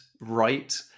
right